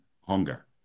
hunger